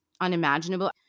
unimaginable